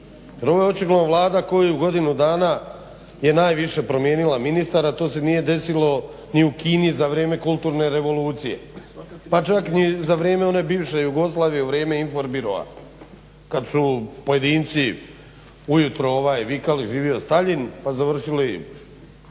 ovo očigledno Vlada koja je u godinu dana je najviše promijenila ministara. To se nije desilo ni u Kini za vrijeme kulturne revolucije pa čak ni za vrijeme one bivše Jugoslavije u vrijeme informbiroa kada su pojedinci ujutro vikali živo Staljin ili